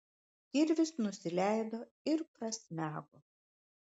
kirvis nusileido ir prasmego